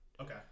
Okay